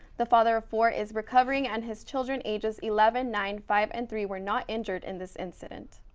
the father of four is recovering, and his children, ages eleven, nine, five and three were not injured in this incident.